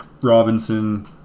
Robinson